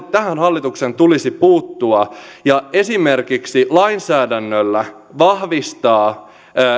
tähän hallituksen tulisi puuttua ja esimerkiksi lainsäädännöllä vahvistaa